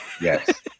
Yes